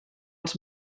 els